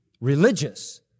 religious